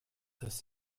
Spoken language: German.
dass